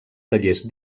tallers